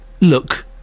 look